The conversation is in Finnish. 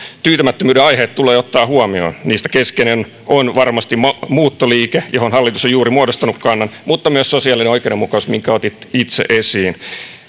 tyytymättömyyden aiheet tulee ottaa huomioon niistä keskeinen on varmasti muuttoliike johon hallitus on juuri muodostanut kannan mutta myös sosiaalinen oikeudenmukaisuus minkä otitte itse esiin